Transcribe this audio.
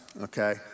okay